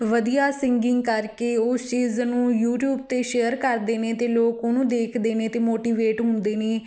ਵਧੀਆ ਸਿੰਗਿੰਗ ਕਰਕੇ ਉਸ ਚੀਜ਼ ਨੂੰ ਯੂਟਿਊਬ 'ਤੇ ਸ਼ੇਅਰ ਕਰਦੇ ਨੇ ਅਤੇ ਲੋਕ ਉਹਨੂੰ ਦੇਖਦੇ ਨੇ ਅਤੇ ਮੋਟੀਵੇਟ ਹੁੰਦੇ ਨੇ